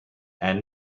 and